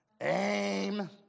Aim